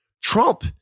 Trump